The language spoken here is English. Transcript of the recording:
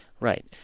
Right